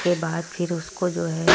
اس کے بعد پھر اس کو جو ہے